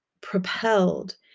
propelled